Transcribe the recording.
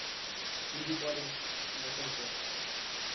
P G college Narsinghpur